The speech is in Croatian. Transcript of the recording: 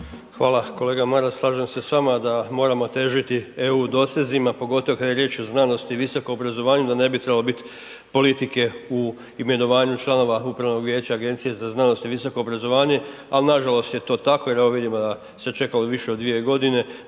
Hvala. Kolega Maras slažem se s vama da moramo težiti EU dosezima, pogotovo kad je riječ o znanosti i visokom obrazovanju, da ne bi trebalo bit politike u imenovanju članova upravnog vijeća i Agencije za znanost i visoko obrazovanje, al nažalost je to tako jer evo vidimo da se čekalo više od dvije godine